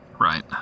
right